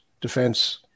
defense